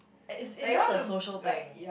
it's it's just a social thing